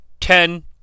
Ten